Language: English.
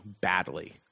badly